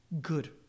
good